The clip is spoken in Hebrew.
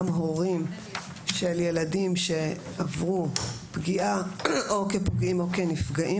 גם הורים של ילדים שעברו פגיעה או כפגיעים או כנפגעים,